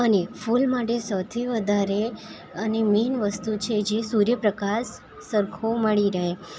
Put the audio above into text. અને ફૂલ માટે સૌથી વધારે અને મેઈન વસ્તુ છે જે સૂર્ય પ્રકાશ સરખો મળી રહે